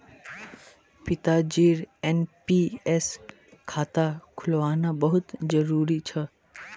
पिताजीर एन.पी.एस खाता खुलवाना बहुत जरूरी छ